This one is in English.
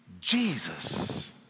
Jesus